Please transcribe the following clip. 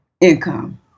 income